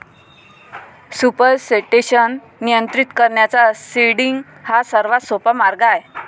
supersaturation नियंत्रित करण्याचा seeding हा सर्वात सोपा मार्ग आहे